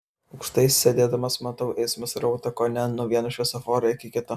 aukštai sėdėdamas matau eismo srautą kone nuo vieno šviesoforo iki kito